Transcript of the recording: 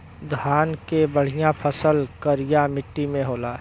धान के बढ़िया फसल करिया मट्टी में होला